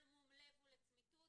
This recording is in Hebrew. הם לא יכלו לראות את התמונה במלואה,